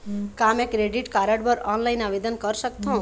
का मैं credit card बर ऑनलाइन आवेदन कर सकथों?